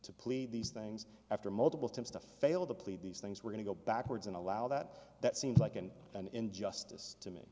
to plead these things after multiple times to fail to plead these things we're going to go backwards and allow that that seems like an an injustice to me